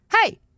Hey